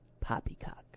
Poppycock